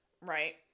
right